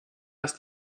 ist